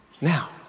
Now